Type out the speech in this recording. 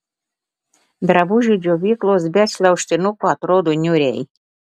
drabužių džiovyklos be šliaužtinukų atrodo niūriai